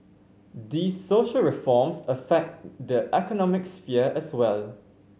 these social reforms affect the economic sphere as well